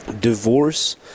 Divorce